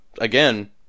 again